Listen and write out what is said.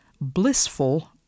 blissful